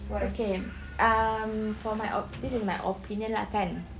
okay um for my op~ this is my opinion lah kan